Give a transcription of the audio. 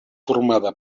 formada